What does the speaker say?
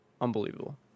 unbelievable